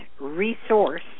Resource